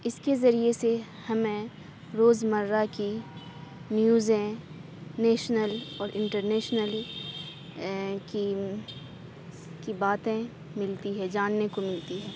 اِس کے ذریعے سے ہمیں روزمرہ کی نیوزیں نیشنل اور انٹر نیشنل کی کی باتیں ملتی ہے جاننے کو ملتی ہے